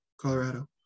Colorado